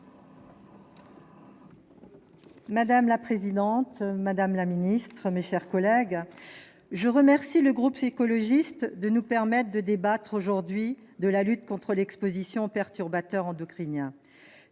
Madame la présidente, madame la secrétaire d'État, mes chers collègues, je remercie le groupe écologiste de nous permettre de débattre aujourd'hui de la lutte contre l'exposition aux perturbateurs endocriniens.